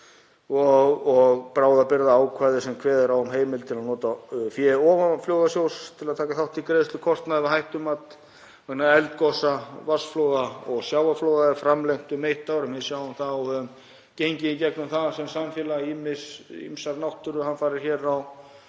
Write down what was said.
og bráðabirgðaákvæði sem kveður á um heimild til að nota fé ofanflóðasjóðs til að taka þátt í greiðslu kostnaðar við hættumat vegna eldgosa, vatnsflóða og sjávarflóða er framlengt um eitt ár. Við sjáum það og höfum gengið í gegnum sem samfélag ýmsar náttúruhamfarir hér á